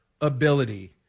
ability –